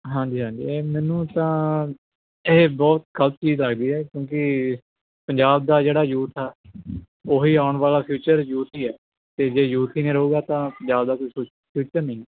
ਹਾਂਜੀ ਹਾਂਜੀ ਇਹ ਮੈਨੂੰ ਤਾਂ ਇਹ ਬਹੁਤ ਗਲਤ ਚੀਜ਼ ਲੱਗਦੀ ਆ ਕਿਉਂਕਿ ਪੰਜਾਬ ਦਾ ਜਿਹੜਾ ਯੂਥ ਆ ਉਹੀ ਆਉਣ ਵਾਲਾ ਫਿਊਚਰ ਯੂਥ ਹੀ ਹੈ ਅਤੇ ਜੇ ਯੂਥ ਹੀ ਨਹੀਂ ਰਹੁਗਾ ਤਾਂ ਪੰਜਾਬ ਦਾ ਕੋਈ ਫਿਊਚਰ ਨਹੀਂ